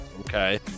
Okay